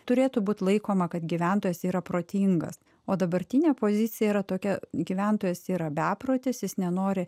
turėtų būt laikoma kad gyventojas yra protingas o dabartinė pozicija yra tokia gyventojas yra beprotis jis nenori